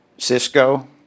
Cisco